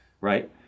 right